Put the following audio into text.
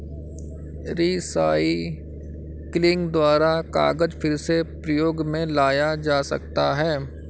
recycling द्वारा कागज फिर से प्रयोग मे लाया जा सकता है